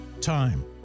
Time